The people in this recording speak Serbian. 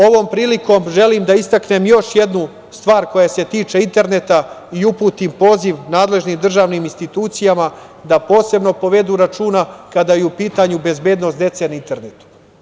Ovom prilikom želim da istaknem još jednu stvar koja se tiče interneta i uputim poziv nadležnim državnim institucijama da posebno povedu računa kada je u pitanju bezbednost dece na internetu.